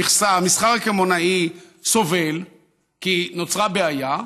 המסחר הקמעונאי סובל כי נוצרה בעיה,